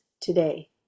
today